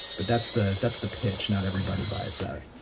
but that's the, that's the pitch not everybody buys that.